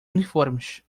uniformes